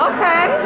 Okay